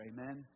Amen